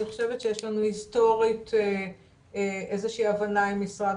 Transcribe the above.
י"ב יכולים לגשת ואני חושבת שיש לנו הסטורית איזו שהיא הבנה עם משרד